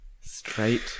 straight